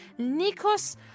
Nikos